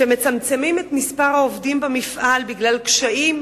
כשמצמצמים את מספר העובדים במפעל בגלל קשיים,